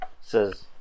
Says